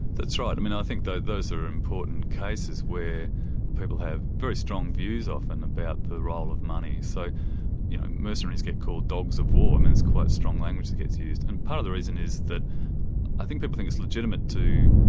that's right. i mean i think those are important cases where people have very strong views often about the role of money. so mercenaries get called dogs of war, i mean it's quite strong language that gets used. and part of the reason is i think people think it's legitimate to,